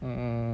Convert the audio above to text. mm